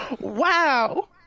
Wow